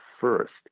first